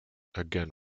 again